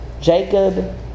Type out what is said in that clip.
Jacob